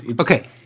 Okay